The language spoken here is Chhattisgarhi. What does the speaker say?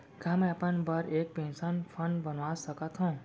का मैं अपन बर एक पेंशन फण्ड बनवा सकत हो?